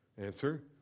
Answer